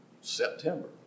September